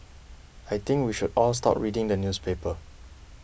I think we should all stop reading the newspaper